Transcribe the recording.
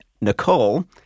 Nicole